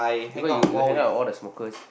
eh why you you hang out with all the smokers